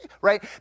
right